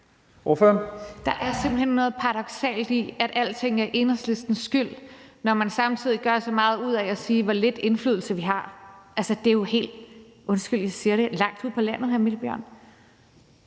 Der er simpelt hen noget paradoksalt i, at alting er Enhedslistens skyld, når man samtidig gør så meget ud af at sige, hvor lidt indflydelse vi har. Altså, det er jo, undskyld, jeg siger det, helt langt ude på landet, hr. Mikkel Bjørn.